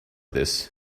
this